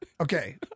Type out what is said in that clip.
Okay